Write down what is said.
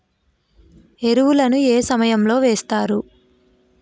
ఎరువుల ను ఏ సమయం లో వేస్తారు?